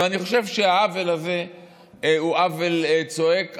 ואני חושב שהעוול הזה הוא עוול צועק.